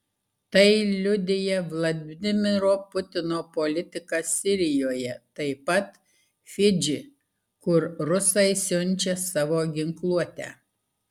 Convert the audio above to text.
tai liudija vladimiro putino politika sirijoje taip pat fidži kur rusai siunčia savo ginkluotę